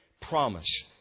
promise